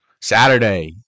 Saturday